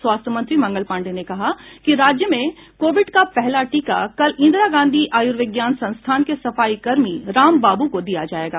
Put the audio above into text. स्वास्थय मंत्री मंगल पांडेय ने कहा कि राज्य में कोविड का पहला टीका कल इंदिरा गांधी आयुर्विज्ञान संस्थान के सफाई कर्मी रामबाबू को दिया जायेगा